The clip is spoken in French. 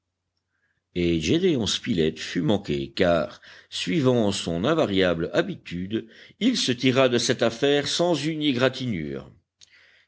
et gédéon spilett fut manqué car suivant son invariable habitude il se tira de cette affaire sans une égratignure